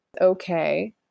okay